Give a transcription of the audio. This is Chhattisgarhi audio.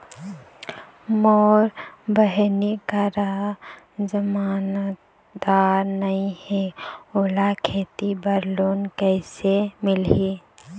मोर बहिनी करा जमानतदार नई हे, ओला खेती बर लोन कइसे मिलही?